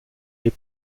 les